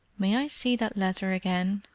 may i see that letter again?